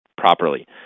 properly